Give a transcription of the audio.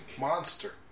Monster